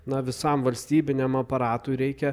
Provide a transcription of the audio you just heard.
na visam valstybiniam aparatui reikia